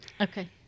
Okay